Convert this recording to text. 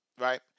right